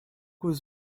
was